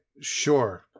sure